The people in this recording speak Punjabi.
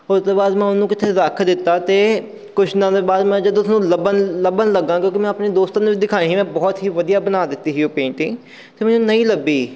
ਉਸ ਤੋਂ ਬਾਅਦ ਮੈਂ ਉਹਨੂੰ ਕਿਤੇ ਰੱਖ ਦਿੱਤਾ ਅਤੇ ਕੁਛ ਦਿਨਾਂ ਦੇ ਬਾਅਦ ਮੈਂ ਜਦੋਂ ਉਸਨੂੰ ਲੱਭਣ ਲੱਭਣ ਲੱਗਾ ਕਿਉਂਕਿ ਮੈਂ ਆਪਣੇ ਦੋਸਤ ਨੂੰ ਵੀ ਦਿਖਾਉਣੀ ਸੀ ਮੈਂ ਬਹੁਤ ਹੀ ਵਧੀਆ ਬਣਾ ਦਿੱਤੀ ਸੀ ਉਹ ਪੇਂਟਿੰਗ ਤਾਂ ਮੈਨੂੰ ਨਹੀਂ ਲੱਭੀ